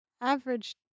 average